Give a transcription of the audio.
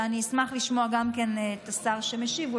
ואני אשמח לשמוע גם את השר שמשיב,